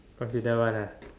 hard to tell one ah